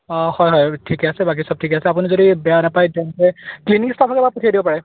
অঁ হয় হয় ঠিক আছে বাকী চব ঠিক আছে আপুনি যদি বেয়া নাপায় তেন্তে ক্লিনিক ষ্টাফকো পঠিয়াই দিব পাৰে